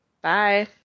Bye